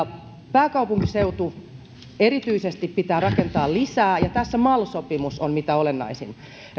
pääkaupunkiseudulle erityisesti pitää rakentaa lisää ja tässä mal sopimus on mitä olennaisin